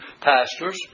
pastors